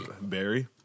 Barry